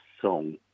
song